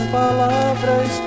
palavras